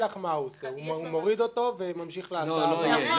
לך מה הוא עושה הוא מוריד אותו וממשיך להסעה הבאה.